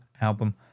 album